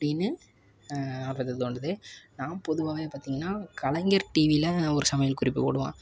அப்படின்னு ஆர்வத்தை தூண்டுது நான் பொதுவாகவே பார்த்தீங்கன்னா கலைஞர் டிவியில் ஒரு சமையல் குறிப்பு போடுவான்